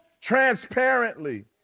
transparently